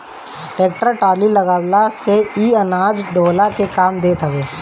tractor में trolley लगवा लेहला से इ अनाज ढोअला के काम देत हवे